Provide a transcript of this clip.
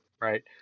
Right